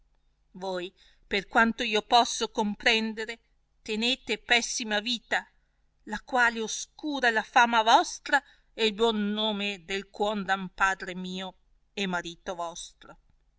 voi per quanto io posso comprendere tenete pessima vita la quale oscura la fama vostra e il buon nome del quondam padre mio e marito vostro